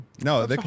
No